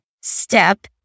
step